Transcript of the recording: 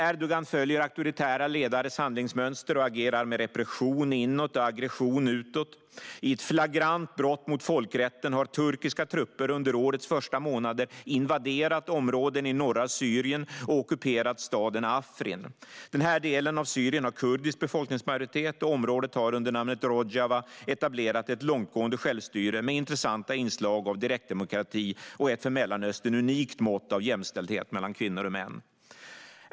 Erdogan följer auktoritära ledares handlingsmönster och agerar med repression inåt och aggression utåt. I ett flagrant brott mot folkrätten har turkiska trupper under årets första månader invaderat områden i norra Syrien och ockuperat staden Afrin. Den här delen av Syrien har kurdisk befolkningsmajoritet, och området har under namnet Rojava etablerat ett långtgående självstyre med intressanta inslag av direktdemokrati och ett för Mellanöstern unikt mått av jämställdhet mellan kvinnor och män.